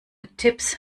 tipps